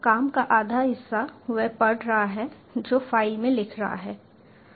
काम का आधा हिस्सा वह पढ़ रहा है जो फ़ाइल में लिख रहा है